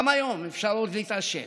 גם היום אפשר עוד להתעשת,